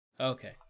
okay